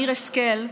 אמיר השכל,